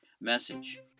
Message